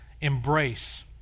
embrace